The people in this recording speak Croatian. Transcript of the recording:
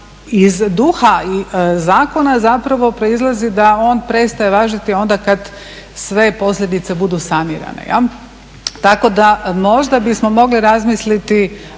iz duha zakona zapravo proizlazi da on prestaje važiti onda kad sve posljedice budu sanirane. Tako da možda bismo mogli razmisliti